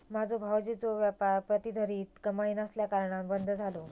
माझ्यो भावजींचो व्यापार प्रतिधरीत कमाई नसल्याकारणान बंद झालो